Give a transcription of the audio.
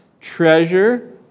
treasure